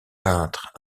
peintre